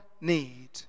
need